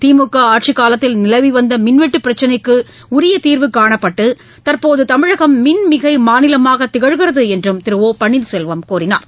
திமுக ஆட்சிக் காலத்தில் நிலவி வந்த மின்வெட்டு பிரச்சினைக்கு உரிய தீர்வு காணப்பட்டு தற்போது தமிழகம் மின்மிகை மாநிலமாக திகழ்கிறது என்றும் திரு ஓ பன்னீர்செல்வம் கூறினார்